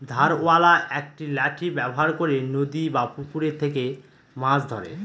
ধারওয়ালা একটি লাঠি ব্যবহার করে নদী বা পুকুরে থেকে মাছ ধরে